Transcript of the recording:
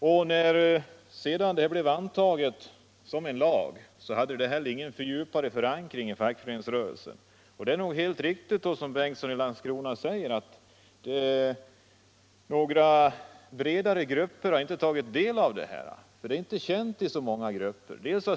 När den här principen blev antagen som en lag hade den ingen vidare förankring i fackföreningsrörelsen. Det är nog helt riktigt, som herr Bengtsson i Landskrona säger, att några bredare grupper inte har tagit del av den här verksamheten. Den är inte känd i så många grupper.